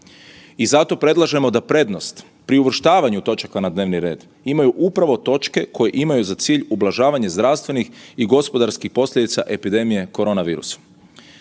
I zato predlažemo da prednost pri uvrštavanju točaka na dnevni red imaju upravo točke koje imaju za cilj ublažavanje zdravstvenih i gospodarskih posljedica epidemije korona virusom.